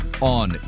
on